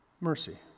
mercy